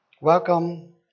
Welcome